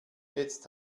jetzt